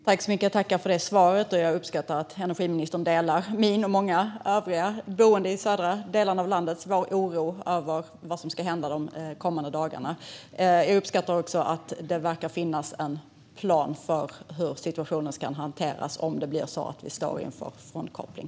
Herr talman! Jag tackar för det svaret. Jag uppskattar att energiministern delar den oro som jag och många andra boende i de södra delarna av landet känner över vad som ska hända de kommande dagarna. Jag uppskattar också att det verkar finnas en plan för hur situationen ska hanteras om det blir så att vi står inför frånkoppling.